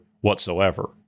whatsoever